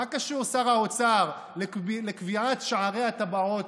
מה קשור שר האוצר לקביעת שערי הטבעות,